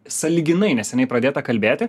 sąlyginai neseniai pradėta kalbėti